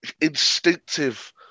instinctive